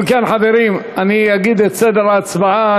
אם כן, חברים, אני אגיד את סדר ההצבעה.